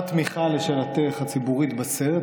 סך התמיכה הציבורית בסרט,